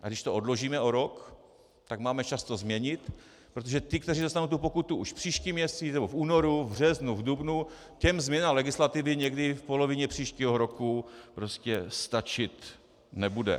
A když to odložíme o rok, tak máme čas to změnit, protože ti, kteří dostanou pokutu už příští měsíc nebo v únoru, březnu, dubnu, těm změna legislativy někdy v polovině příštího roku stačit nebude.